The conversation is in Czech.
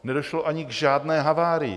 Nedošlo ani k žádné havárii.